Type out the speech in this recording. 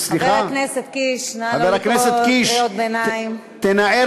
חבר הכנסת קיש, נא לא לקרוא קריאות ביניים.